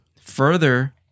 further